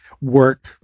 work